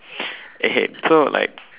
so like